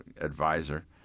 advisor